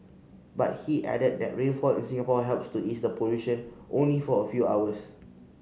but he added that rainfall in Singapore helps to ease the pollution only for a few hours